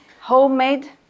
homemade